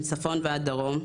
מצפון ועד דרום.